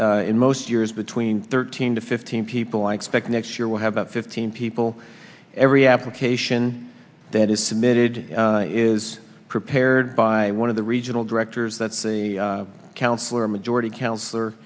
in most years between thirteen to fifteen people i expect next year will have about fifteen people every application that is submitted is prepared by one of the regional directors that's the counselor majority counsellor